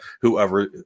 whoever